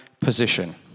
position